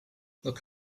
look